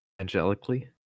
Angelically